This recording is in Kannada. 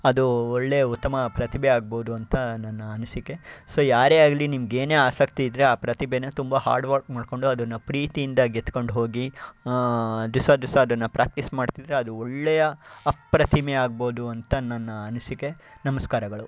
ಅದು ಒಳ್ಳೆಯ ಉತ್ತಮ ಪ್ರತಿಭೆ ಆಗ್ಬೋದು ಅಂತ ನನ್ನ ಅನಿಸಿಕೆ ಸೊ ಯಾರೇ ಆಗಲಿ ನಿಮಗೇನೇ ಆಸಕ್ತಿ ಇದ್ದರೆ ಆ ಪ್ರತಿಭೆನ ತುಂಬ ಹಾರ್ಡ್ ವರ್ಕ್ ಮಾಡಿಕೊಂಡು ಅದನ್ನು ಪ್ರೀತಿಯಿಂದ ಗೆದ್ಕೊಂಡು ಹೋಗಿ ದಿವಸ ದಿವಸ ಅದನ್ನು ಪ್ರ್ಯಾಕ್ಟೀಸ್ ಮಾಡ್ತಿದ್ದರೆ ಅದು ಒಳ್ಳೆಯ ಅಪ್ರತಿಮ ಆಗ್ಬೋದು ಅಂತ ನನ್ನ ಅನಿಸಿಕೆ ನಮಸ್ಕಾರಗಳು